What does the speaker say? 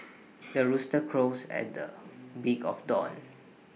the rooster crows at the break of dawn